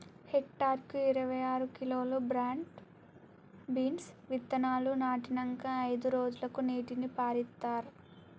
hectare కు ఇరవై ఆరు కిలోలు బ్రాడ్ బీన్స్ విత్తనాలు నాటినంకా అయిదు రోజులకు నీటిని పారిత్తార్